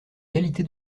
qualité